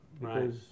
right